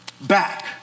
back